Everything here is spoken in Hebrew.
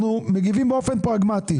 אנחנו מגיבים באופן פרגמטי.